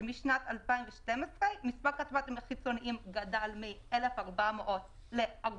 שלפיהם משנת 2010 מספר הכספומטים החיצוניים גדל מ-1,400 ל-4,700